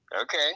okay